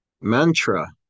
mantra